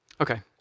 Okay